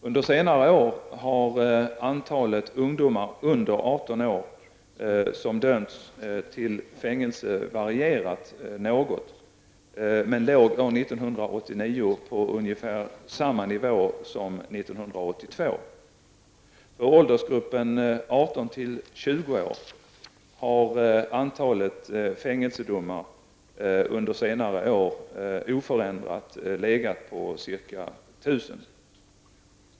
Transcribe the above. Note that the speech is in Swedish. Under senare år har antalet ungdomar under 18 år som dömts till fängelse varierat något men låg år 1989 på ungefär samma nivå som år 1982. För åldersgruppen 18--20 år har antalet fängelsedomar under senare år oförändrat legat på ca 1 000.